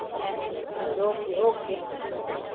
ji okay okay